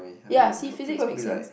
ya see physics make sense